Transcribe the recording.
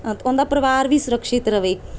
ਉਹ ਉਹਨਾਂ ਦਾ ਪਰਿਵਾਰ ਵੀ ਸੁਰੱਖਿਅਤ ਰਹੇ